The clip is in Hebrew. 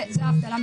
שזה עלה,